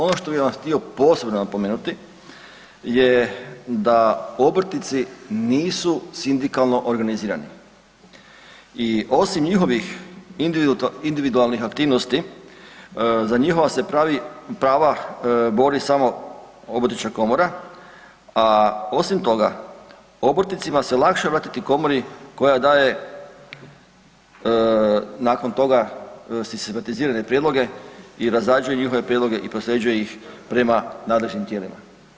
Ono što bi vam htio posebno napomenuti, je da obrtnici nisu sindikalno organizirani i osim njihovih individualnih aktivnosti za njihova se prava bori samo obrtnička komora, a osim toga obrtnicima se lakše vratiti komori koja daje nakon toga sistematizirane prijedloge i razrađuje njihove prijedloge i prosljeđuje ih prema nadležnim tijelima.